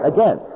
Again